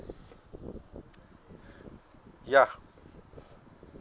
ya